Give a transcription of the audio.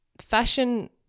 fashion